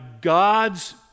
God's